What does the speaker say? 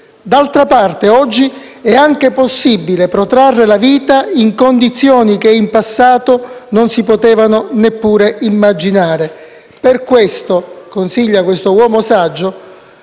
D'altra parte, oggi è anche possibile protrarre la vita in condizioni che in passato non si potevano neppure immaginare. Per questo» consiglia quest'uomo saggio